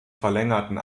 verlängerten